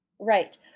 Right